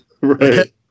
Right